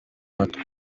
matwi